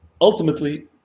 Ultimately